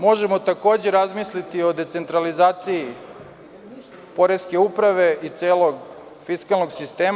Možemo takođe razmisliti o decentralizaciji poreske uprave i celog fiskalnog sistema.